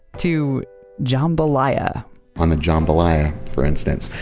to jambalaya on the jambalaya, for instance,